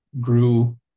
grew